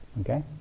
Okay